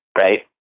Right